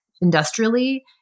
industrially